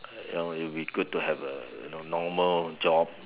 uh it would be good to have a you know normal job